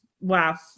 wow